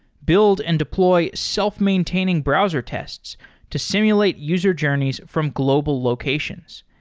build and deploy self-maintaining browser tests to simulate user journeys from global locations.